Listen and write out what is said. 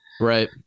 right